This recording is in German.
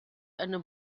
eine